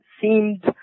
seemed